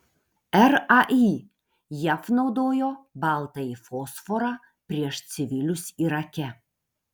rai jav naudojo baltąjį fosforą prieš civilius irake